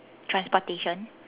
transportation